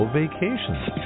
vacations